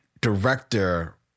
director